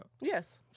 Yes